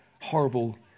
horrible